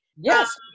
Yes